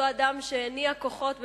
אותו אדם שהניע כוחות,